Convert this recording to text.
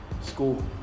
school